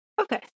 Okay